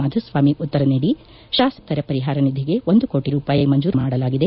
ಮಾಧುಸ್ವಾಮಿ ಉತ್ತರ ನೀದಿ ಶಾಸಕರ ಪರಿಹಾರ ನಿಧಿಗೆ ಒಂದು ಕೋಟಿ ರೂಪಾಯಿ ಮಂಜೂರು ಮಾಡಲಾಗಿದೆ